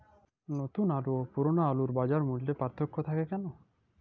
নতুন আলু ও পুরনো আলুর বাজার মূল্যে পার্থক্য থাকে কেন?